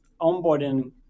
onboarding